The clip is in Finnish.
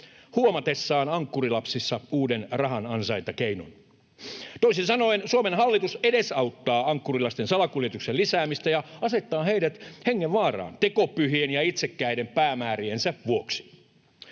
huomatessaan ankkurilapsissa uuden rahanansaintakeinon. Toisin sanoen Suomen hallitus edesauttaa ankkurilasten salakuljetuksen lisäämistä ja asettaa heidät hengenvaaraan tekopyhien ja itsekkäiden päämääriensä vuoksi.